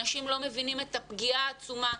אנשים לא מבינים את הפגיעה העצומה,